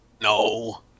No